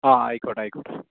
ആ ആയിക്കോട്ടെ ആയിക്കോട്ടെ